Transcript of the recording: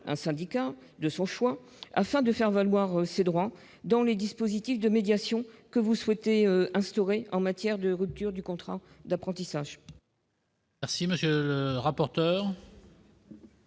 du syndicat de leur choix afin de faire valoir leurs droits dans les dispositifs de médiation que vous souhaitez instaurer en matière de rupture du contrat d'apprentissage. Quel est l'avis de